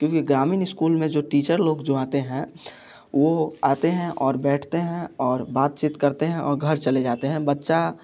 क्योंकि ग्रामीण स्कूल में जो टीचर लोग जो आते हैं वो आते हैं और बैठते हैं और बातचीत करते हैं और घर चले जाते हैं बच्चा